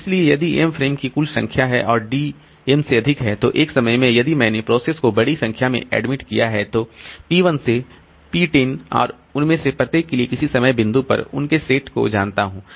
इसलिए यदि m frame की कुल संख्या है और D m से अधिक है तो एक समय में यदि मैंने प्रोसेस को बड़ी संख्या में एडमिट किया है तो p 1 से p 10 और उनमें से प्रत्येक के लिए किसी समय बिंदु पर उनके सेट को जानता हूं